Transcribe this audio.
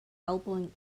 elbowing